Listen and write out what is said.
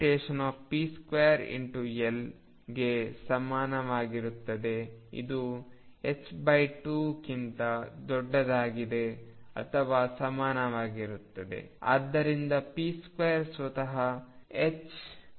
ಆದ್ದರಿಂದ p⟨p2⟩L ಗೆ ಸಮನಾಗಿರುತ್ತದೆ ಇದು 2 ಕ್ಕಿಂತ ದೊಡ್ಡದಾಗಿದೆ ಅಥವಾ ಸಮನಾಗಿರುತ್ತದೆ